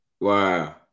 Wow